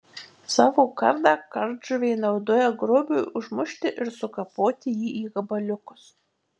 savo kardą kardžuvė naudoja grobiui užmušti ir sukapoti jį į gabaliukus